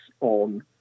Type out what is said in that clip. on